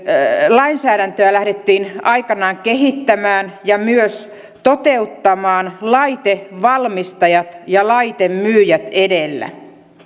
lainsäädäntöä lähdettiin aikanaan kehittämään ja myös toteuttamaan laitevalmistajat ja laitemyyjät edellä